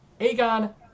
Aegon